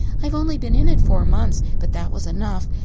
i've only been in it four months, but that was enough.